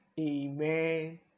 Amen